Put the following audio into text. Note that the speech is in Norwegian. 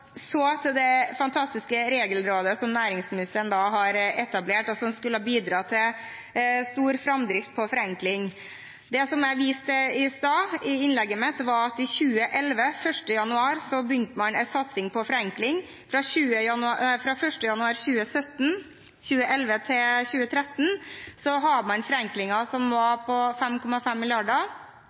Så til det fantastiske regelrådet som næringsministeren har etablert, og som skulle bidra til stor framdrift på forenkling. Det som jeg viste til i stad i innlegget mitt, var at 1. januar 2011 begynte man en satsing på forenkling. Fra 1. januar 2011 til 2013 hadde man forenklinger på 5,5 mrd. Fra 2013 og fram til nå har man hatt forenklinger av en størrelse på